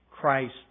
Christ